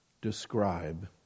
describe